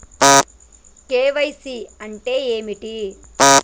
KYC అంటే ఏమిటి?